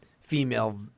female